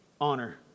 Honor